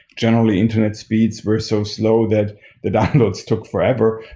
generally, internet speeds were so slow that the downloads took forever.